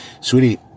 sweetie